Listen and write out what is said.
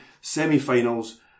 Semi-finals